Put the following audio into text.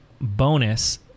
bonus